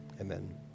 amen